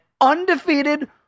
undefeated